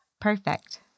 perfect